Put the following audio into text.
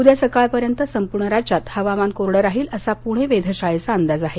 उद्या सकाळपर्यंत संपूर्ण राज्यात हवामान कोरडं राहील असा पुणे वेधशाळेचा अंदाज आहे